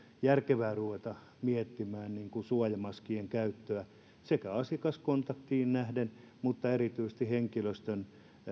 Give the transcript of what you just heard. järkevää ruveta miettimään suojamaskien käyttöä sekä asiakaskontaktiin nähden että erityisesti henkilöstön